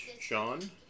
Sean